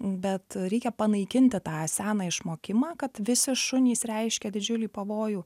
bet reikia panaikinti tą seną išmokimą kad visi šunys reiškia didžiulį pavojų